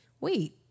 wait